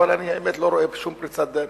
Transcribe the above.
אבל האמת היא שאני לא רואה שום פריצת דרך.